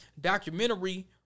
documentary